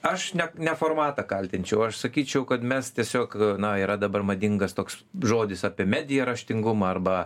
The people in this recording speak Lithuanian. aš ne ne formatą kaltinčiau aš sakyčiau kad mes tiesiog na yra dabar madingas toks žodis apie media raštingumą arba